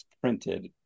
printed